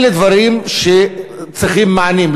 אלה דברים שצריכים מענים.